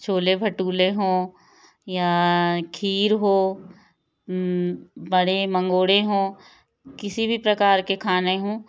छोले भटूरे हों या खीर हो बड़े मंगोड़े हों किसी भी प्रकार के खाने हों